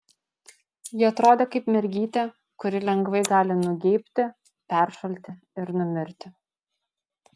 ji atrodė kaip mergytė kuri lengvai gali nugeibti peršalti ir numirti